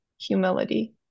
humility